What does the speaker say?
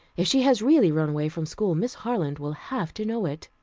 if she has really run away from school, miss harland will have to know it.